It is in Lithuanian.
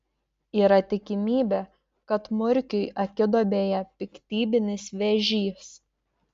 yra tikimybė kad murkiui akiduobėje piktybinis vėžys